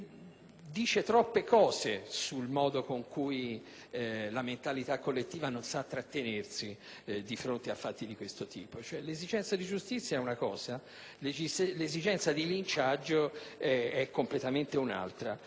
dice troppe cose sul modo con cui la mentalità collettiva non sa trattenersi di fronte a fatti di questo tipo. L'esigenza di giustizia è una cosa, l'esigenza di linciaggio è completamente un'altra.